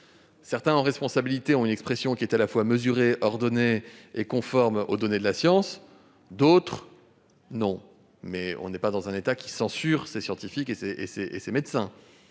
Certains, en responsabilité, ont une expression qui est à la fois mesurée, ordonnée et conforme aux données de la science, d'autres non, mais notre État ne censure pas ses scientifiques et ses médecins.